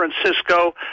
francisco